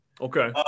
Okay